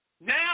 Now